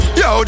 yo